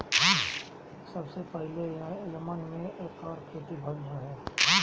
सबसे पहिले यमन में एकर खेती भइल रहे